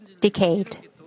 decayed